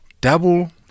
double